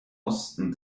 osten